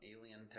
alien